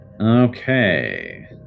Okay